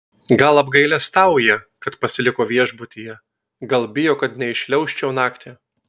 gal apgailestauja kad pasiliko viešbutyje gal bijo kad neįšliaužčiau naktį